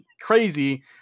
crazy